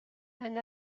and